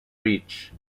reach